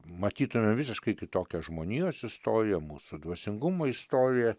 matytume visiškai kitokią žmonijos istoriją mūsų dvasingumo istoriją